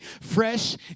fresh